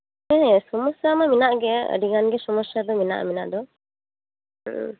ᱦᱮᱸ ᱥᱚᱢᱚᱥᱥᱟ ᱢᱟ ᱦᱮᱱᱟᱜ ᱜᱮ ᱟᱹᱰᱤᱜᱟᱱ ᱜᱮ ᱥᱚᱢᱚᱥᱥᱟ ᱫᱚ ᱢᱮᱱᱟᱜᱼᱟ ᱢᱮᱱᱟᱜ ᱫᱚ